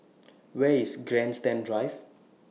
Where IS Grandstand Drive